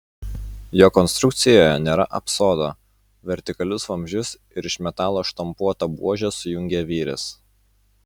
jo konstrukcijoje nėra apsodo vertikalius vamzdžius ir iš metalo štampuotą buožę sujungia vyris